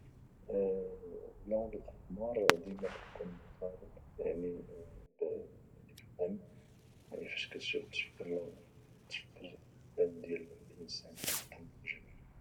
اللون الاحمر يعني دائما كايكون مرتبط بالدم فاش كاتفكر اللون الاحمر كاتفكر الدم ديال الانسان ولا الدم اون جنرال